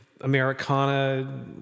Americana